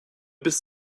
bis